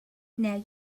now